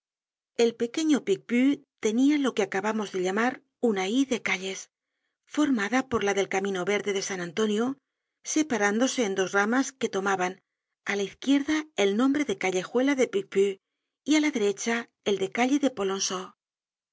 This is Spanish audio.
el pequeño picpus tenia lo que acabamos de llamar una y de calles formada por la del camino verde de san antonio separándose en dos ramas que tomaban á la izquierda el nombre de callejuela de picpus y á la derecha el de calle polonceau